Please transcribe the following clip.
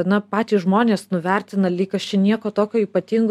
na patys žmonės nuvertina lyg aš čia nieko tokio ypatingo